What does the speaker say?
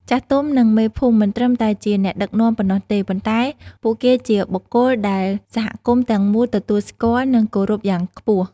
ចាស់ទុំ និងមេភូមិ មិនត្រឹមតែជាអ្នកដឹកនាំប៉ុណ្ណោះទេ ប៉ុន្តែពួកគេជាបុគ្គលដែលសហគមន៍ទាំងមូលទទួលស្គាល់ និងគោរពយ៉ាងខ្ពស់។